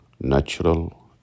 natural